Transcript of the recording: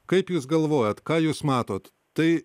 kaip jūs galvojat ką jūs matot tai